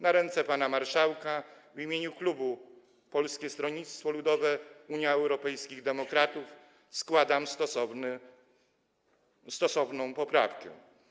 Na ręce pana marszałka w imieniu klubu Polskiego Stronnictwa Ludowego - Unii Europejskich Demokratów składam stosowną poprawkę.